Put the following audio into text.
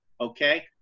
okay